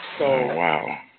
wow